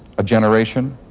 a generation?